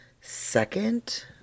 second